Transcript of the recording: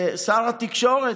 שר התקשורת,